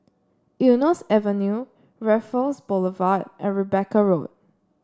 Eunos Avenue Raffles Boulevard and Rebecca Road